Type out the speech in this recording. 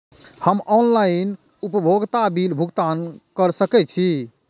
हम ऑनलाइन उपभोगता बिल भुगतान कर सकैछी?